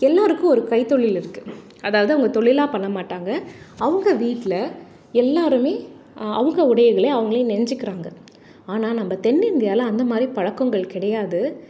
எல்லோருக்கும் ஒரு கைத்தொழில் இருக்குது அதாவது அவங்க தொழிலா பண்ணமாட்டாங்க அவங்க வீட்டில எல்லாருமே அவங்க உடைகளை அவங்களே நெஞ்சிக்கிறாங்க ஆனால் நம்ம தென்னிந்தியாவில அந்தமாதிரி பழக்கங்கள் கிடையாது